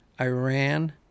Iran